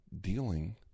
dealing